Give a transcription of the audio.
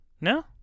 No